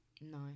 No